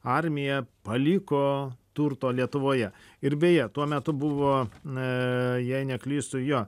armija paliko turto lietuvoje ir beje tuo metu buvo e jei neklystu jo